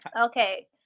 Okay